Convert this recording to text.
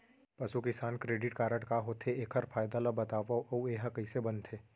पसु किसान credit card का होथे, एखर फायदा ला बतावव अऊ एहा कइसे बनथे?